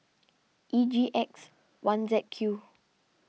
E G X one Z Q